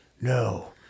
no